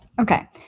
Okay